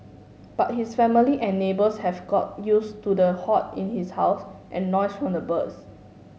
but his family and neighbours have got used to the hoard in his house and noise from the birds